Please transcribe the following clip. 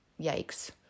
yikes